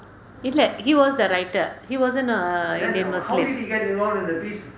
இல்லை:illai he was a writer he wasn't a indian muslim